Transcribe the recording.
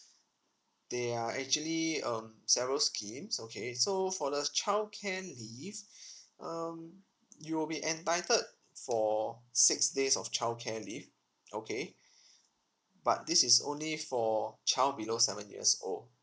there are actually um several schemes okay so for the childcare leave um you will be entitled for six days of childcare leave okay but this is only for child below seven years old